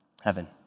heaven